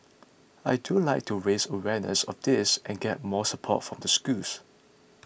I do like to raise awareness of this and get more support from the schools